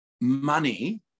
money